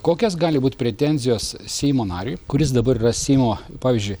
kokios gali būt pretenzijos seimo nariui kuris dabar yra seimo pavyzdžiui